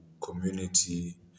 community